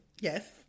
yes